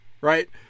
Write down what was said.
right